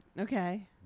Okay